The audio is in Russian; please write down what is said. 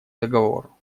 договору